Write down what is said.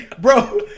bro